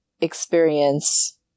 experience